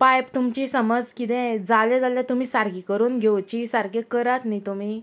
pipe तुमची समज किदें जालें जाल्यार तुमी सारकी करून घेवची सारकी करात न्ही तुमी